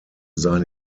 sein